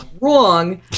Wrong